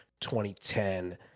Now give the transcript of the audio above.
2010